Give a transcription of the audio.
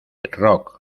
rock